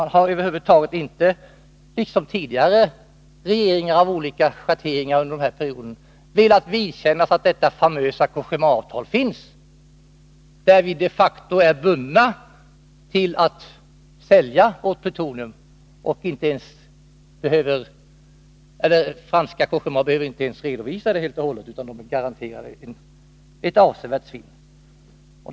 Man har, liksom tidigare regeringar av olika schatteringar under den här perioden, över huvud taget inte velat vidkännas att detta famösa Cogémaavtal finns, där vi de facto är bundna till att sälja vårt plutonium, medan det franska Cogéma inte ens behöver redovisa det helt och hållet utan är garanterat ett avsevärt svinn.